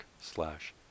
slash